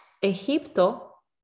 Egipto